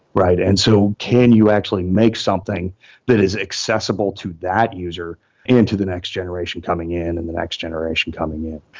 right? and so can you actually make something that is accessible to that user into the next generation coming in and the next generation coming in?